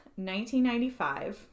1995